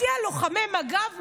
תפתיע לוחמי מג"ב,